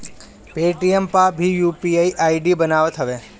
Paytm पअ भी UPI ID बनत हवे